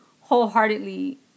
wholeheartedly